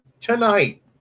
tonight